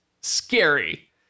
scary